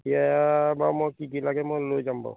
এতিয়া বাৰু মই কি কি লাগে মই লৈ যাম বাৰু